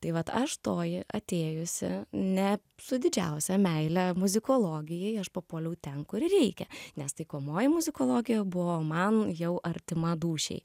tai vat aš toji atėjusi ne su didžiausia meile muzikologijai aš papuoliau ten kur reikia nes taikomoji muzikologija buvo man jau artima dūšiai